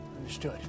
Understood